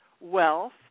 wealth